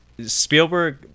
Spielberg